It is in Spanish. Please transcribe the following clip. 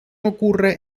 ocurre